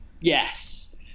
Yes